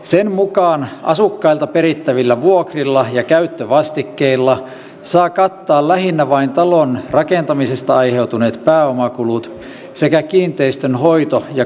sen mukaan asukkailta perittävillä vuokrilla ja käyttövastikkeilla saa kattaa lähinnä vain talon rakentamisesta aiheutuneet pääomakulut sekä kiinteistön hoito ja korjauskulut